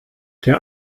der